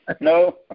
No